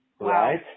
Right